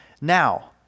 Now